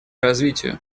развитию